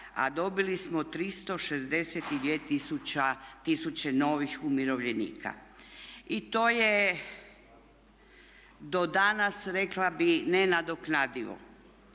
a dobili smo 362 tisuće novih umirovljenika. I to je do danas rekla bih nenadoknadivo.